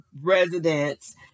residents